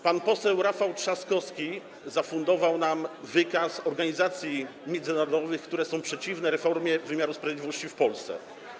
Pan poseł Rafał Trzaskowski zafundował nam wykaz organizacji międzynarodowych, które są przeciwne reformie wymiaru sprawiedliwości w Polsce.